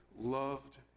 loved